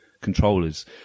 controllers